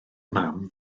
mam